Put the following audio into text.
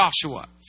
Joshua